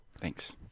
Thanks